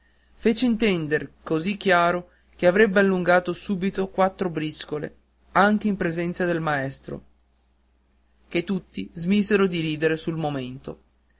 fece intender così chiaro che avrebbe allungato subito quattro briscole anche in presenza del maestro che tutti smisero di ridere sul momento